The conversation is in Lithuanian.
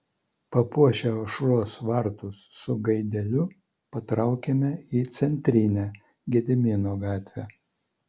papuošę aušros vartus su gaideliu patraukėme į centrinę gedimino gatvę